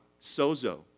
sozo